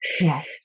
Yes